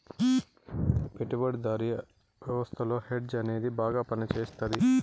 పెట్టుబడిదారీ వ్యవస్థలో హెడ్జ్ అనేది బాగా పనిచేస్తది